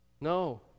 No